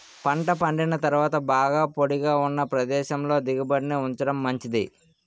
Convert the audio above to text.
పంట పండిన తరువాత బాగా పొడిగా ఉన్న ప్రదేశంలో దిగుబడిని ఉంచడం మంచిది